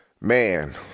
Man